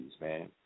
man